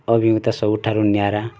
ଅଭିଜ୍ଞତା ସବୁଠାରୁ ନିଆରା